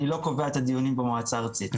אני לא קובע את הדיונים במועצה הארצית,